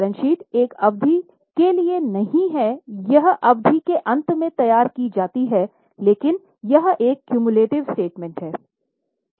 balance sheet एक अवधि के लिए नहीं है यह अवधि के अंत में तैयार की जाती है लेकिन यह एक क्युमुलेटिव स्टेटमेंट है